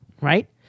right